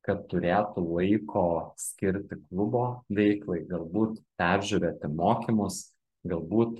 kad turėtų laiko skirti klubo veiklai galbūt peržiūrėti mokymus galbūt